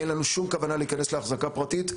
אין לנו שום כוונה להיכנס להחזקה פרטית,